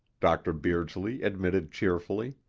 dr. beardsley admitted cheerfully,